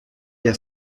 der